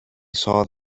saw